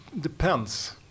depends